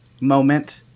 moment